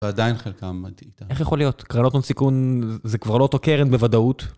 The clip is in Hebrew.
ועדיין חלקה עמדית. איך יכול להיות? קרלוטון סיכון, זה כבר לא אותו קרן בוודאות?